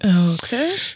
Okay